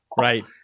right